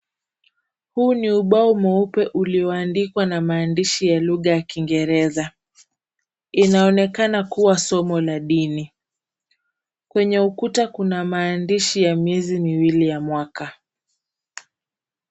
Huu ni ubao mweupe ulioandikwa na maandishi ya lugha ya Kiingereza. Inaonekana kuwa somo la dini. Kwenye ukuta kuna maandishi ya miezi miwili ya mwaka.